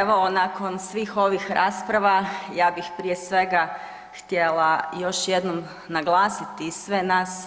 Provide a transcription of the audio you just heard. Evo nakon svih ovih rasprava ja bih prije svega htjela još jednom naglasiti i sve nas